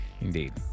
Indeed